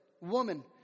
woman